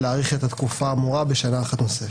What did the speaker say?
להאריך את התקופה האמורה בשנה אחת נוספת.